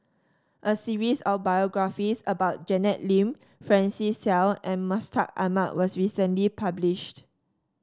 a series of biographies about Janet Lim Francis Seow and Mustaq Ahmad was recently published